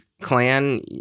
clan